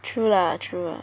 true lah true lah